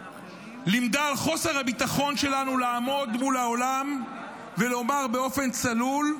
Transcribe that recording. לימדה על חוסר הביטחון שלנו לעמוד מול העולם ולומר באופן צלול: